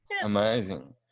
amazing